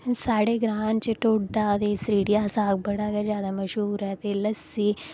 साढ़े ग्रां च ढोडा ते स्रीढ़ी दा साग बड़ा गै ज्यादा मश्हूर है ते लस्सी